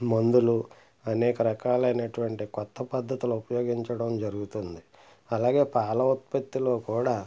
మందులు అనేక రకాలైనటువంటి క్రొత్త పద్ధతులు ఉపయోగించడం జరుగుతుంది అలాగే పాల ఉత్పత్తిలో కూడా